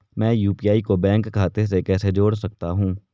मैं यू.पी.आई को बैंक खाते से कैसे जोड़ सकता हूँ?